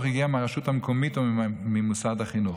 הגיעה מהרשות המקומית או ממוסד החינוך.